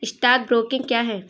Stock broking क्या है?